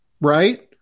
Right